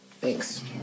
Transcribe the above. Thanks